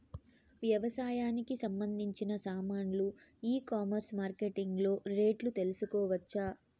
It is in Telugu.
వ్యవసాయానికి సంబంధించిన సామాన్లు ఈ కామర్స్ మార్కెటింగ్ లో రేట్లు తెలుసుకోవచ్చా?